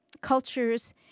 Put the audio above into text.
cultures